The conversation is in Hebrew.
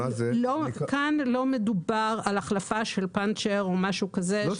כאן לא מדובר על החלפה של פנצ'ר או משהו כזה.